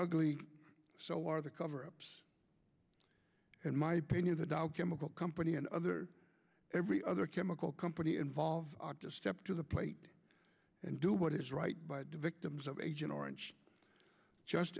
ugly so are the cover ups in my opinion the dow chemical company and other every other chemical company involved to step to the plate and do what is right by the victims of agent orange just